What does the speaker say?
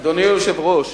אדוני היושב-ראש,